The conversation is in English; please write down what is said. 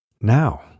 Now